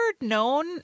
known